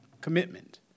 commitment